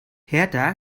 hertha